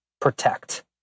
protect